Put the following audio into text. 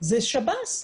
זה שב"ס.